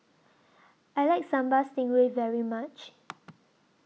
I like Sambal Stingray very much